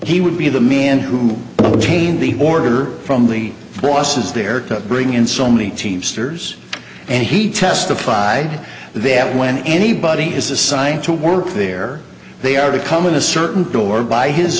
he would be the man who obtained the order from the bosses there to bring in so many teamsters and he testified that when anybody is assigned to work there they are to come in a certain door by his